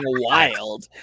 wild